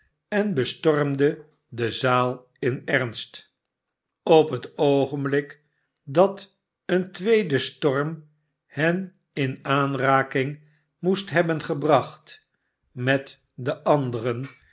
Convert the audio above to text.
en bestormde de zaal in ernst op het oogenblik dat een tweede storm hen in aanraking moest hebben gebracht met de anderen